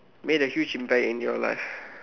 made a huge impact in your life